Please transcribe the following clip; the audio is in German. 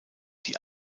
die